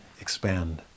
expand